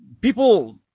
people